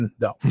No